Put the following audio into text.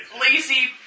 lazy